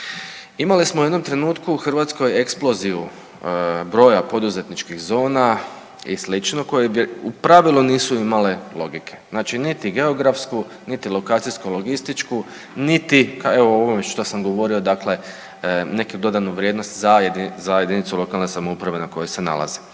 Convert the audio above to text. Imali smo u jednom trenutku u Hrvatskoj eksploziju broja poduzetničkih zona i sl. koje u pravilu nisu imale logike, znači niti geografsku, niti lokacijsko-logističku, niti evo o ovome što sam govorio dakle neku dodanu vrijednost za jedinicu lokalne samouprave na kojoj se nalaze.